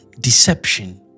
deception